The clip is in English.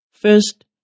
First